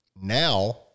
now